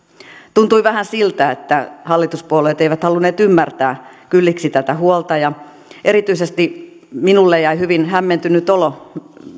tuntui vähän siltä että hallituspuolueet eivät halunneet ymmärtää kylliksi tätä huolta ja erityisesti minulle jäi hyvin hämmentynyt olo